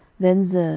then zur,